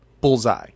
Bullseye